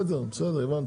בסדר הבנתי.